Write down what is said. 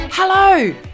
Hello